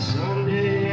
Sunday